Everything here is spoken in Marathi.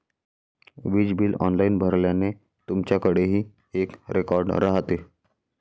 वीज बिल ऑनलाइन भरल्याने, तुमच्याकडेही एक रेकॉर्ड राहते